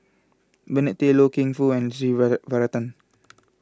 Bernard Tan Loy Keng Foo and S Varathan